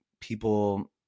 people